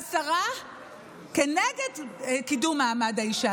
השרה כנגד קידום מעמד האישה,